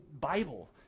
Bible